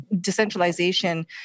decentralization